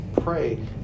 pray